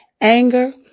anger